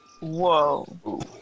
whoa